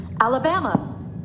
Alabama